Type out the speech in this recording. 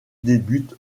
débute